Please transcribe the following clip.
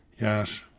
Yes